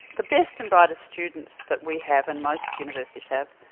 the best and brightest students that we have and most universities have,